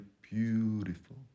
beautiful